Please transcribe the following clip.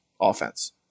offense